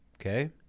Okay